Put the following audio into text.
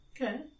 Okay